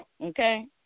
Okay